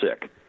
sick